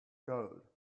gold